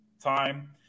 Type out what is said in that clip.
time